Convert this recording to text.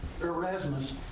Erasmus